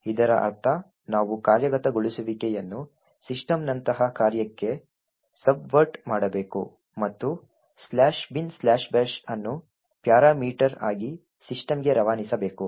ಇದರರ್ಥ ನಾವು ಕಾರ್ಯಗತಗೊಳಿಸುವಿಕೆಯನ್ನು ಸಿಸ್ಟಮ್ನಂತಹ ಕಾರ್ಯಕ್ಕೆ ಸಬ್ವರ್ಟರ್ ಮಾಡಬೇಕು ಮತ್ತು "binbash" ಅನ್ನು ಪ್ಯಾರಾಮೀಟರ್ ಆಗಿ ಸಿಸ್ಟಮ್ಗೆ ರವಾನಿಸಬೇಕು